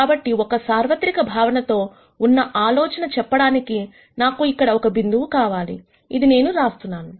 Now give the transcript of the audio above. కాబట్టి ఒక సార్వత్రిక భావనతో ఉన్న ఆలోచన చెప్పడానికినాకు ఇక్కడ ఒక బిందువు కావాలి ఇది నేను రాస్తున్నాను